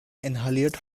inhaliert